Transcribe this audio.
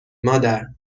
مادر